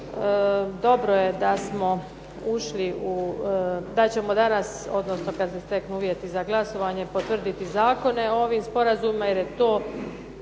smo ušli, da ćemo danas, odnosno kad se steknu uvjeti za glasovanje, potvrditi zakone o ovim sporazumima, jer je to